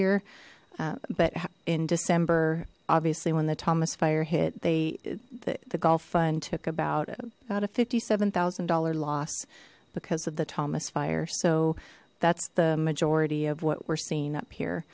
year but in december obviously when the thomas fire hit they the the gulf fund took about about a fifty seven thousand dollar loss because of the thomas fire so that's the majority of what we're seeing up here